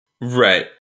Right